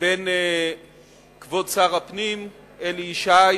בין כבוד שר הפנים אלי ישי